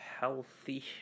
healthy